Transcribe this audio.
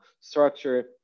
structure